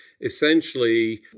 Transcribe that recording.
essentially